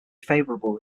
favorable